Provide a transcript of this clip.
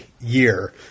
year